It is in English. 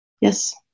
Yes